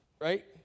right